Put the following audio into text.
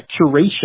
curation